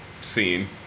scene